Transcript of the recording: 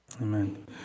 Amen